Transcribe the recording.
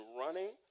running